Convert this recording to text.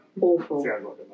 Awful